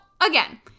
again